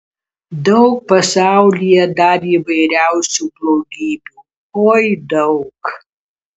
daug pasaulyje dar įvairiausių blogybių oi daug